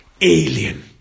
alien